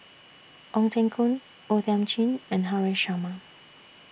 Ong Teng Koon O Thiam Chin and Haresh Sharma